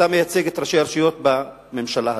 אתה מייצג את ראשי הרשויות בממשלה הזאת,